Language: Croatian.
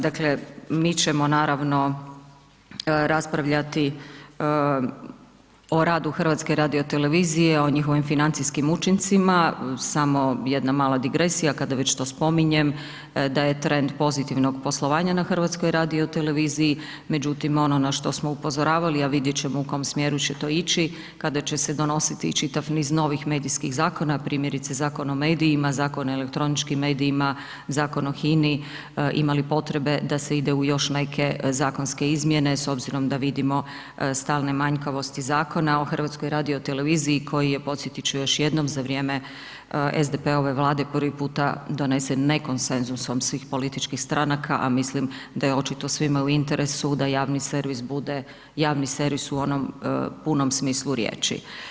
Dakle, mi ćemo naravno raspravljati o radu HRT-a, o njihovim financijskim učincima, samo jedna mala digresija kada već to spominjem, da je trend pozitivnog poslovanja na HRT-u, međutim, ono na što smo upozoravali, a vidjet ćemo u kom smjeru će to ići, kada će se donositi i čitav niz novih medijskih zakona, primjerice Zakon o medijima, Zakon o elektroničkim medijima, Zakon o HINA-i, ima li potrebe da se ide u još neke zakonske izmjene s obzirom da vidimo stalne manjkavosti Zakona o HRT-u koji je, podsjetit ću još jednom, za vrijeme SDP-ove Vlade prvi puta donesen nekonsensusom svih političkih stranaka, a mislim da je očito svima u interesu da javni servis bude javni servis u onom punom smislu riječi.